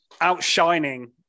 Outshining